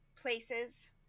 places